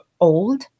old